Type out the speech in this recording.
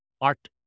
art